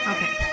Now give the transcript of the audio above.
Okay